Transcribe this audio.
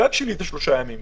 הגג שלי הוא שלושה ימים.